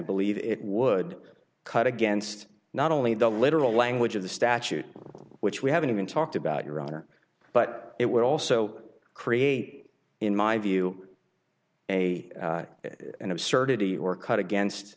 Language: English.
believe it would cut against not only the literal language of the statute which we haven't even talked about your honor but it would also create in my view a an absurdity or cut against